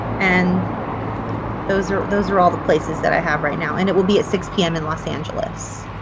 and those are those are all the places that i have right now and it will be at six pm in los angeles.